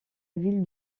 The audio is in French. ville